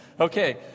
Okay